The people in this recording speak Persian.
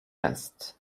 هست